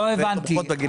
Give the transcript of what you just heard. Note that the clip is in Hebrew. לא הבנתי.